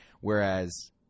Whereas